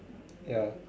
ya